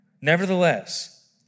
Nevertheless